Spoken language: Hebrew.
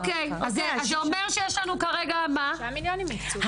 אוקיי, זה אומר שיש לנו כרגע 6 מיליון בנוסף.